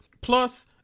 Plus